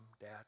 dad